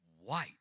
white